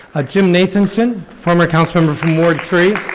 ah jim nathanson, former councilmember from ward three.